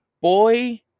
Boy